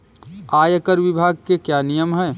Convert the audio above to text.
आयकर विभाग के क्या नियम हैं?